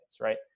right